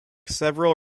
several